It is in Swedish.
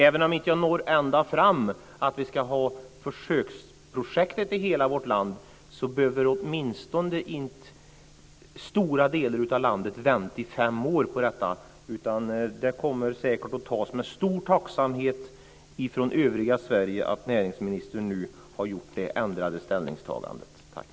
Även om jag inte når ända fram, att vi ska ha försöksprojektet i hela vårt land, behöver man åtminstone inte i stora delar av landet vänta i fem år på det här. Det kommer säkert att tas emot med stor tacksamhet från övriga Sverige att näringsministern nu har gjort det här ändrade ställningstagandet. Tack!